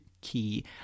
Key